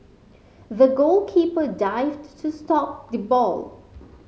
the goalkeeper dived to stop the ball